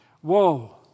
Whoa